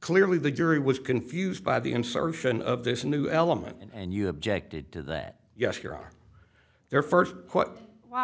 clearly the jury was confused by the insertion of this new element and you objected to that yes your honor their first